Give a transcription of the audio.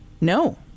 No